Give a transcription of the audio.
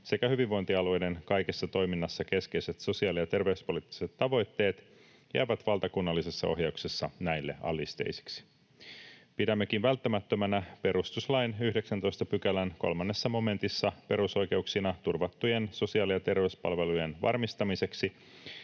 sekä hyvinvointialueiden kaikessa toiminnassa keskeiset sosiaali- ja terveyspoliittiset tavoitteet jäävät valtakunnallisessa ohjauksessa näille alisteisiksi. Pidämmekin välttämättömänä perustuslain 19 §:n 3 momentissa perusoikeuksina turvattujen sosiaali‑ ja terveyspalvelujen varmistamiseksi,